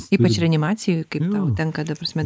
ypač reanimacijoj kaip tau tenka ta prasme